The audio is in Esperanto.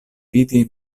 vidi